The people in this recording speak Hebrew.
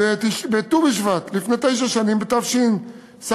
בט"ו בשבט, לפני תשע שנים, בתשס"ד,